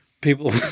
people